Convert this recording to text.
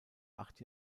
acht